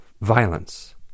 violence